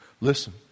Listen